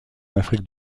afrique